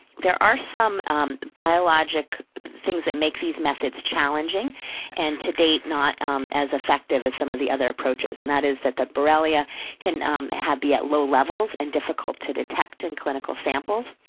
there are some biologic things that make these methods challenging and, to date, not as effective as some of the other approaches. and that is that the borrelia can be at low levels and difficult to detect in clinical samples.